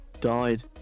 died